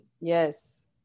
Yes